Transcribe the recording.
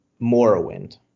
Morrowind